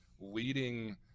leading